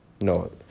No